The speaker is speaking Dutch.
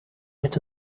met